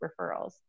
referrals